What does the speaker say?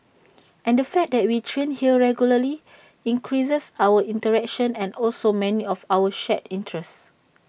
and the fact that we train here regularly increases our interaction and also many of our shared interests